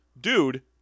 dude